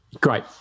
Great